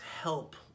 help